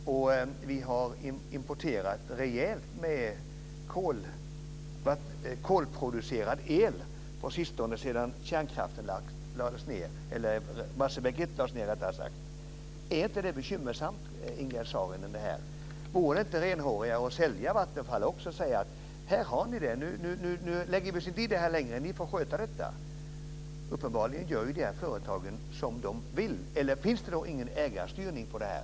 Vi har importerat rejält med kolproducerad el på sistone sedan Barsebäck 1 lades ned. Är inte det bekymmersamt, Ingegerd Saarinen? Det vore väl renhårigare att sälja Vattenfall, att säga: Här har ni det! Nu lägger vi oss inte i det här längre, utan ni får sköta detta! Uppenbarligen gör ju de här företagen som de vill. Finns det ingen ägarstyrning här?